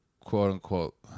quote-unquote